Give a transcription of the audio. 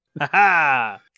Ha-ha